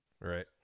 right